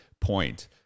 point